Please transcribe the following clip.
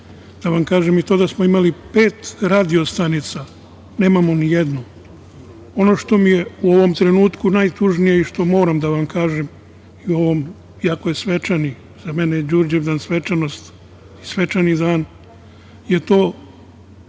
Da vam kažem i to da smo imali i pet radio stanica, nemamo nijednu. Ono što mi je u ovom trenutku najtužnije i što moram da vam kažem i u ovom, iako je svečan i za mene je Đurđevdan svečanost, svečani dan, je to